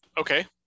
Okay